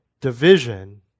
division